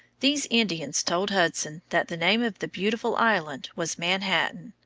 these indians told hudson that the name of the beautiful island was manhattan,